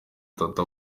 itatu